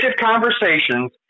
conversations